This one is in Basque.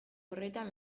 horretan